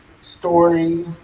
story